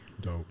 Dope